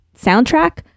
soundtrack